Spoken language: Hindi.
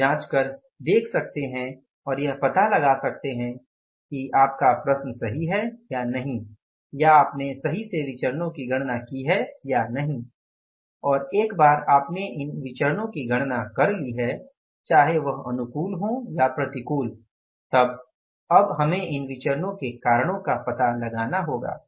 आप जांच कर देख सकते हैं और यह पता लगा सकते हैं कि आपका प्रश्न सही है या नहीं या आपने सही से विचरणो की गणना की है या नहीं और एक बार आपने इन विचरणो की गणना कर ली है चाहे वह अनुकूल हो या प्रतिकूल तब अब हमें इन विचरणो के कारणों का पता लगाना होगा